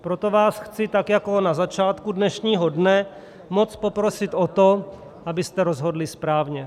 Proto vás chci tak, jako na začátku dnešního dne, moc poprosit o to, abyste rozhodli správně.